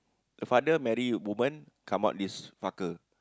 the father marry a woman come out this fucker